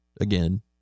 again